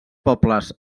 pobles